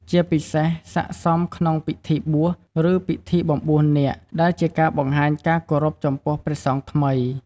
ជាពិសេស ស័ក្តិសមក្នុងពិធីបួស ឬ ពិធីបំបួសនាគ ដែលជាការបង្ហាញការគោរពចំពោះព្រះសង្ឃថ្មី។